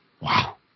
Wow